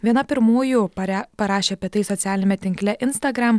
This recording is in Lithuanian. viena pirmųjų pare parašė apie tai socialiniame tinkle instagram